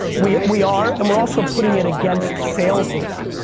we we are and we're also putting it against sales data.